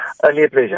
pleasure